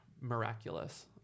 miraculous